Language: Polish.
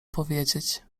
powiedzieć